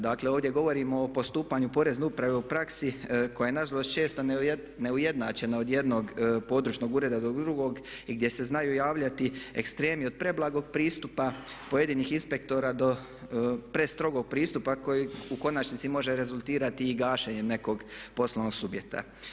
Dakle, ovdje govorimo o postupanju porezne uprave u praksi koja je na žalost često neujednačena od jednog područnog ureda do drugog i gdje se znaju javljati ekstremi od preblagog pristupa pojedinih inspektora do prestrogog pristupa koji u konačnici može rezultirati i gašenjem nekog poslovnog subjekta.